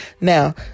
now